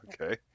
Okay